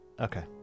okay